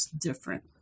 different